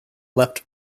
left